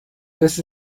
this